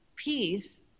peace